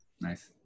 Nice